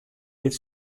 dit